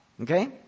Okay